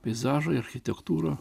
peizažai architektūra